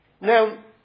Now